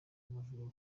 bavugaga